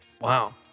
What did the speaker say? Wow